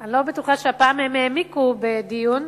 אני לא בטוחה שהפעם הם העמיקו בדיון,